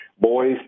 boys